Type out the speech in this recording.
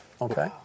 okay